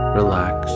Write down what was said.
relax